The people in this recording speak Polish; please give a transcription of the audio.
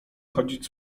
chodzić